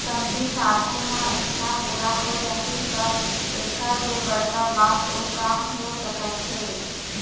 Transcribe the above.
कमती साधन म इच्छा पूरा हो जाही त एखर ले बड़का बात अउ का हो सकत हे